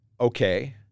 okay